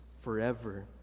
forever